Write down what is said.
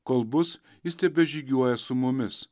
kol bus jis tebežygiuoja su mumis